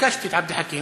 ביקשתי את עבד אל חכים.